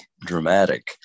dramatic